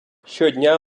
щодня